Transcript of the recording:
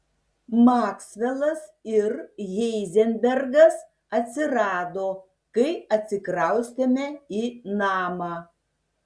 maksvelas ir heizenbergas atsirado kai atsikraustėme į namą